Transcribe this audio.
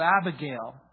Abigail